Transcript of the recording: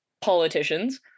politicians